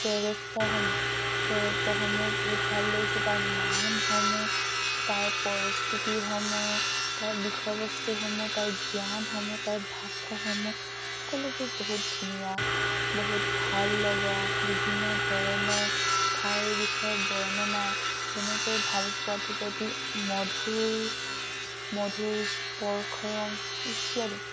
কেৰেক্টাৰসমূহ কেৰেক্টাৰসমূহ বহুত ভাল লাগিছে তাৰ নামসমূহ তাৰ পৰিস্থিতিসমূহ তাৰ বিষয়বস্তুসমূহ তাৰ জ্ঞানসমূহ তাৰ ভাষাসমূহ সকলোবোৰ বহুত ধুনীয়া বহুত ভাল লগা বিভিন্ন ধৰণৰ ঠাইৰ বিষয়ে বৰ্ণনা কেনেকৈ ভাল পোৱাটো যে এটি মধুৰ মধুৰ স্পৰ্শ ইত্যাদি